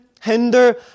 hinder